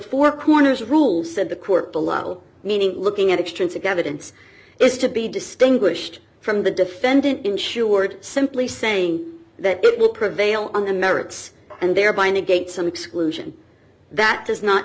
four corners rule said the court below meaning looking at extensive evidence is to be distinguished from the defendant insured simply saying that it will prevail on the merits and thereby negate some exclusion that